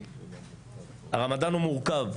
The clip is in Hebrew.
הרמדאן הוא מורכב.